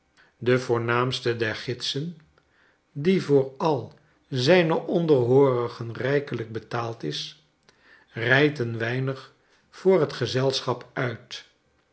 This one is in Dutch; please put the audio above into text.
de voornaamste der gidsen die voor al zijne onderhoorigen rijkelijk betaald is rijdt een weinig voor het gezelschap uit